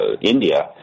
India